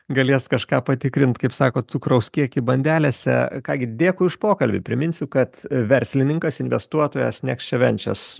galės kažką patikrint kaip sakot cukraus kiekį bandelėse ką gi dėkui už pokalbį priminsiu kad verslininkas investuotojas neksčiavenčias